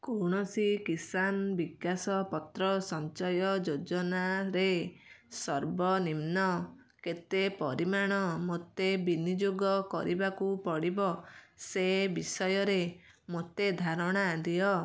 କୌଣସି କିଷାନ ବିକାଶ ପତ୍ର ସଞ୍ଚୟ ଯୋଜନାରେ ସର୍ବନିମ୍ନ କେତେ ପରିମାଣ ମୋତେ ବିନିଯୋଗ କରିବାକୁ ପଡ଼ିବ ସେ ବିଷୟରେ ମୋତେ ଧାରଣା ଦିଅ